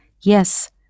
Yes